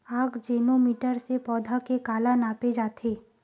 आकजेनो मीटर से पौधा के काला नापे जाथे?